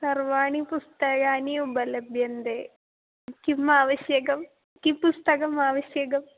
सर्वाणि पुस्तकानि उपलभ्यन्ते किम् आवश्यकं किं पुस्तकम् आवश्यकम्